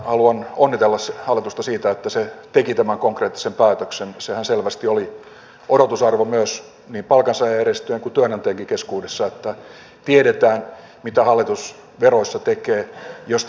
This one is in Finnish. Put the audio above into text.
haluan onnitella hallitusta siitä että se teki tämän konkreettisen päätöksen sehän selvästi oli odotusarvo niin palkansaajajärjestöjen kuin työnantajienkin keskuudessa että tiedetään mitä hallitus veroissa tekee jos tämä palkkaratkaisu menee laajasti lävitse